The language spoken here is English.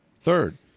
Third